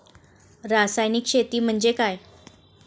रासायनिक शेती म्हणजे काय?